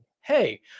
Hey